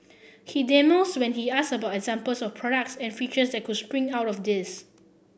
he demurs when he asked about examples of products and features that could spring out of this